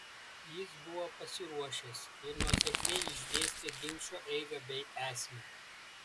jis buvo pasiruošęs ir nuosekliai išdėstė ginčo eigą bei esmę